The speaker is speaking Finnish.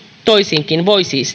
toisinkin voi siis